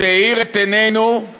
שהאיר את עינינו על